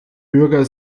bürger